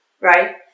right